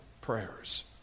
prayers